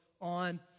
on